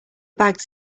bags